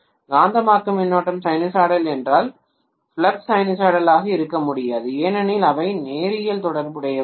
காந்தமாக்கும் மின்னோட்டம் சைனூசாய்டல் என்றால் ஃப்ளக்ஸ் சைனூசாய்டலாக இருக்க முடியாது ஏனெனில் அவை நேரியல் தொடர்புடையவை அல்ல